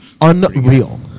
Unreal